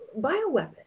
bioweapon